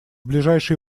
ближайшие